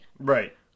Right